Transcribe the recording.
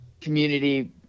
community